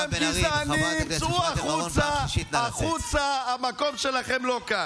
אתה לא צריך להגיד לי החוצה, כי אני הולכת לבד.